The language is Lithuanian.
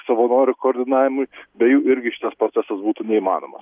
savanorių koordinavimui be jų irgi šitas procesus būtų neįmanomas